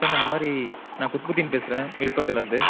sir இந்த மாதிரி நான் குத்புதீன் பேசுகிறேன் விழுப்புரத்திலேருந்து